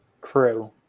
crew